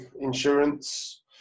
insurance